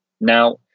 Now